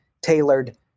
tailored